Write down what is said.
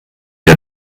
der